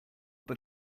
but